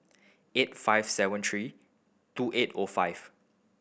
eight five seven three two eight O five